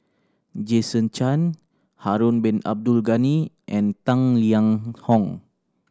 Jason Chan Harun Bin Abdul Ghani and Tang Liang Hong